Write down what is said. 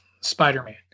Spider-Man